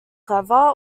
clever